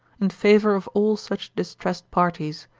in favour of all such distressed parties,